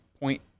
point